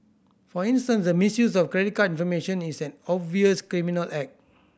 for instance the misuse of credit card information is an obvious criminal act